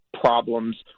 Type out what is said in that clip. problems